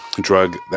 drug